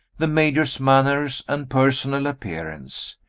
the major's manners and personal appearance.